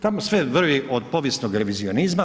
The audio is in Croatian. Tamo sve vrvi od povijesnog revizionizma.